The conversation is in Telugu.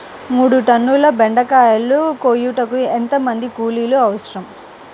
మూడు టన్నుల బెండకాయలు కోయుటకు ఎంత మంది కూలీలు అవసరం?